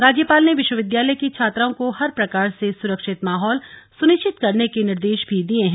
राज्यपाल ने विश्वविद्यालय की छात्राओं को हर प्रकार से सुरक्षित माहौल सुनिश्चित करने के निर्देश भी दिये हैं